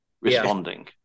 responding